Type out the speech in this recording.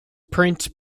prince